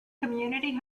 community